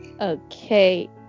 Okay